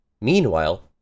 Meanwhile